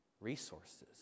resources